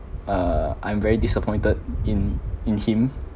uh I'm very disappointed in in him